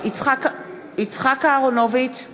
גם בהצעת חוק זו הוגשו 20